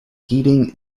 heating